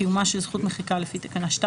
קיומה של זכות מחיקה לפי תקנה ק,